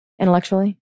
intellectually